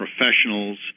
professionals